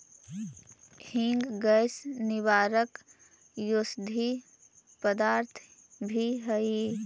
हींग गैस निवारक औषधि पदार्थ भी हई